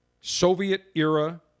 Soviet-era